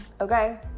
Okay